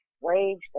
waged